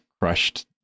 crushed